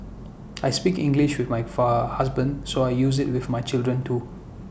I speak English with my far husband so I use IT with my children too